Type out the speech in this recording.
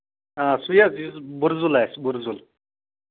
آ سُے حظ یُس بُرزُل آسہِ بُرزُل